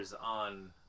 on